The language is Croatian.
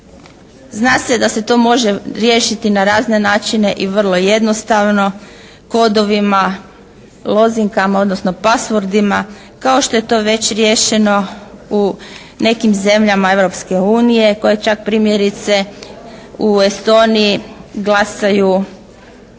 Zna se da se to može riješiti na razne načine i vrlo jednostavno kodovima, lozinkama odnosno paswordima kao što je to već riješeno u nekim zemljama Europske unije koje čak primjerice u Estoniji glasaju